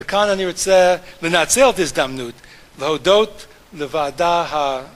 וכאן אני רוצה לנצל את ההזדמנות להודות לוועדה ה...